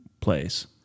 place